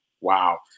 wow